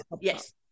Yes